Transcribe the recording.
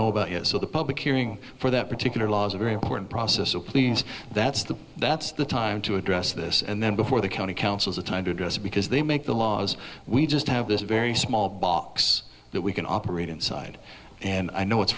know about yet so the public hearing for that particular law is a very important process so please that's the that's the time to address this and then before the county councils a time to address because they make the laws we just have this very small box that we can operate inside and i know it's